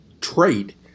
trait